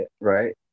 right